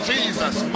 Jesus